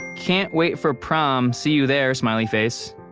can't wait for prom see you there, smiley face,